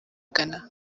ghana